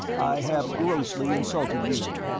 i have grossly insulted you.